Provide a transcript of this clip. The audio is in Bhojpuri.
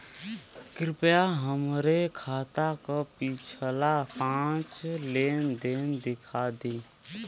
कृपया हमरे खाता क पिछला पांच लेन देन दिखा दी